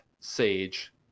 Sage